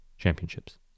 Championships